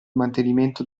mantenimento